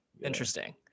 interesting